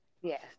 yes